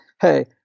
hey